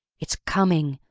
it's coming!